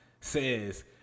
says